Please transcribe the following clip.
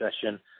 session